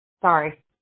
sorry